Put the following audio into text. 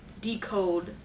decode